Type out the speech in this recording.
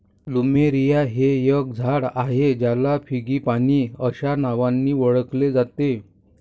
plumeria हे एक झाड आहे ज्याला फ्रँगीपानी अस्या नावानी ओळखले जाते